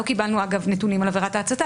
לא קיבלנו אגב נתונים על עבירת ההצתה.